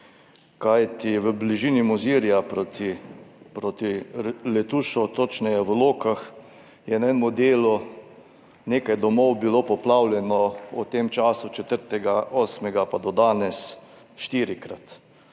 kajti v bližini Mozirja, proti Letušu, točneje v Lokah, je na enem delu nekaj domov bilo poplavljenih v tem času od 4. 8. pa do danes štirikrat.